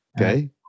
Okay